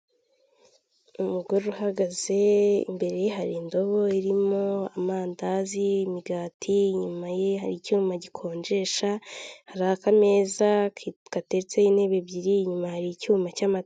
Umugore uhagaze imbere hari indobo irimo amandazi, imigati, inyuma ye hari icyuma gikonjesha hari akameza kateretseho intebe ebyiri inyuma hari icyuma cy'amata.